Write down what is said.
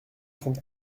trente